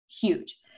huge